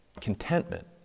Contentment